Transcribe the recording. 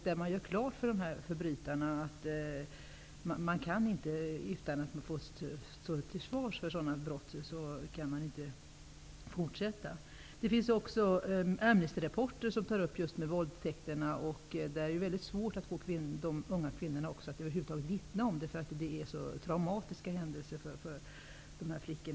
Det måste klargöras för förbrytarna att man inte, utan att ställas till svars, kan fortsätta begå sådana här brott. Det finns också Amnestyrapporter som tar upp just frågan om våldtäkterna. Det är mycket svårt att få de unga kvinnorna att över huvud taget vittna om våldtäkterna, därför att händelserna är så traumatiska.